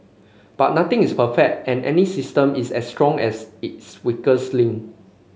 but nothing is perfect and any system is as strong as its weakest link